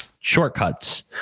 shortcuts